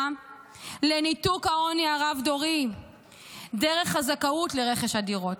לניתוק העוני הרב-דורי דרך הזכאות לרכש הדירות,